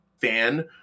fan